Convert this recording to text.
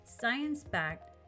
science-backed